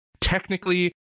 technically